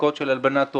בדיקות של הלבנת הון,